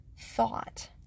thought